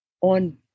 on